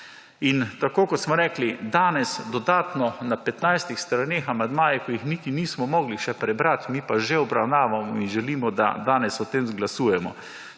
in tako ko smo rekli, danes dodatno na 15-ih strani amandmaji, ki jih niti nismo mogli še prebrati, mi pa že obravnavamo in želimo, da danes o tem glasujemo,